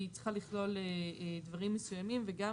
היא צריכה לכלול דברים מסוימים וגם